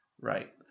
Right